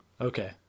Okay